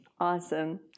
Awesome